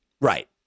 Right